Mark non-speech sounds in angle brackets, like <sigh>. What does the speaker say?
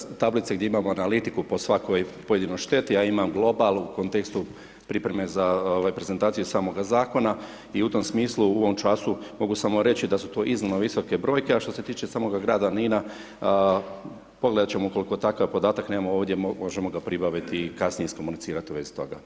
Kolega … <unintelligible> tablica gdje imamo analitiku po svakoj pojedinoj šteti, ja imam global u kontekstu pripreme za prezentacije samoga zakona i u tom smislu, u ovom času, mogu samo reći da su to iznimno visoke brojke, a što se tiče samoga grada Nina, pogledati ćemo, ukoliko takav podatak nemamo ovdje, možemo ga pribaviti i kasnije iskomunicirali u vezi toga.